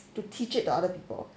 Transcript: to teach it to other people